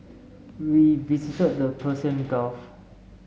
we visited the Persian Gulf